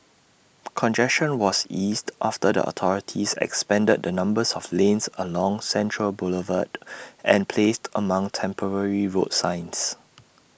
congestion was eased after the authorities expanded the number of lanes along central Boulevard and placed among temporary road signs